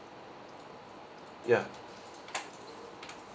ya